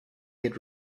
had